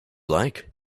like